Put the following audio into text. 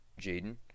Jaden